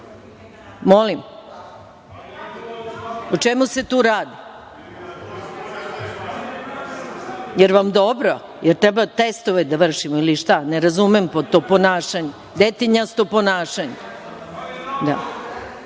mesta.)O čemu se tu radi? Jer vam dobro? Jer treba testove da vršimo ili šta? Ne razumem to ponašanje. Detinjasto ponašanje.